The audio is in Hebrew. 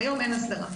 וכיום אין הסדרה,